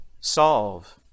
solve